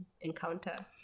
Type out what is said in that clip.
encounter